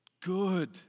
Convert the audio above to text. good